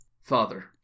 Father